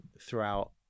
throughout